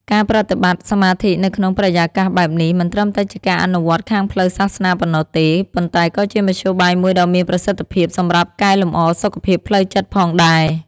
ការប្រតិបត្តិសមាធិនៅក្នុងបរិយាកាសបែបនេះមិនត្រឹមតែជាការអនុវត្តន៍ខាងផ្លូវសាសនាប៉ុណ្ណោះទេ ប៉ុន្តែក៏ជាមធ្យោបាយមួយដ៏មានប្រសិទ្ធភាពសម្រាប់កែលម្អសុខភាពផ្លូវចិត្តផងដែរ។